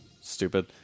stupid